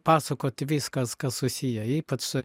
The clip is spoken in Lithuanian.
pasakot viskas kas susiję ypač